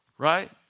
right